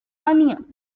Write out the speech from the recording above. onions